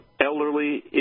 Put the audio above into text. elderly